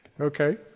Okay